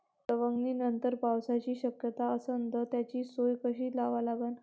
सवंगनीनंतर पावसाची शक्यता असन त त्याची सोय कशी लावा लागन?